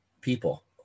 people